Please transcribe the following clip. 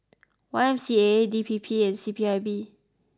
Y M C A D P P and C P I B